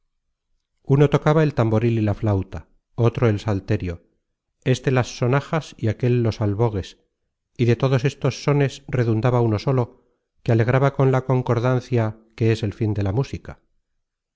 uno tocaba el tamboril y la flauta otro el salterio éste las sonajas y aquel los albogues y de todos estos sones redundaba uno solo que alegraba con la concordancia que es el fin de la música